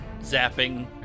zapping